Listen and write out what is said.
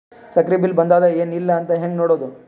ಸಕ್ರಿ ಬಿಲ್ ಬಂದಾದ ಏನ್ ಇಲ್ಲ ಅಂತ ಹೆಂಗ್ ನೋಡುದು?